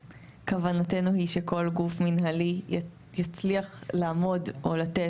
כוונתו היא שכל גוף מנהלי יצליח לאמוד או לתת